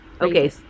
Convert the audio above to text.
Okay